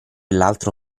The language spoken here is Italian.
l’altro